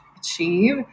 achieve